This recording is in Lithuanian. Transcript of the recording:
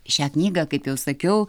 šią knygą kaip jau sakiau